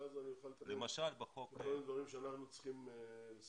ואז אני אוכל להתקדם בכל הדברים שאנחנו צריכים לסיים.